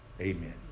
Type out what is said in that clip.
Amen